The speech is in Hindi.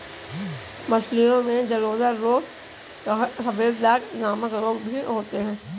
मछलियों में जलोदर रोग तथा सफेद दाग नामक रोग भी होता है